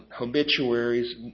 obituaries